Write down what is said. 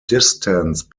distance